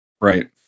right